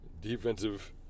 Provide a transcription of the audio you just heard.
defensive